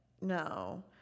No